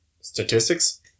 statistics